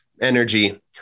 energy